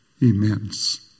immense